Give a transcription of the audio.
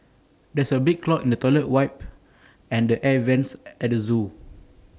there is A big clog in the toilet wipe and the air Vents at the Zoo